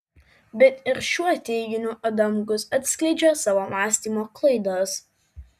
bet ir šiuo teiginiu adamkus atskleidžia savo mąstymo klaidas